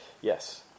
Yes